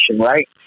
right